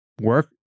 work